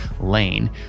Lane